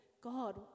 God